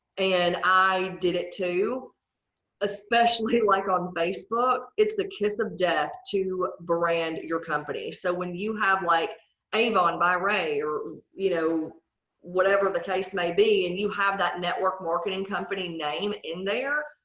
and i did it too especially like on facebook. it's the kiss of death to brand your company. so when you have like avon by rae or you know whatever the case may be, and you have that network marketing company name in there,